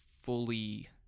fully